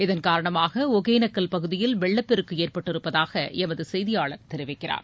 இதன்காரணமாக ஒகனேக்கல் பகுதியில் வெள்ளப்பெருக்கு ஏற்பட்டிருப்பதாக எமது செய்தியாளர் தெரிவிக்கிறார்